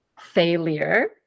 failure